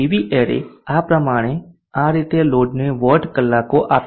PV array આ પ્રમાણે આ રીતે લોડ ને વોટ કલાકો આપે છે